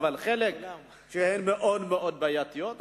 כולם, אבל חלקם בעייתיים מאוד.